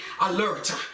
alert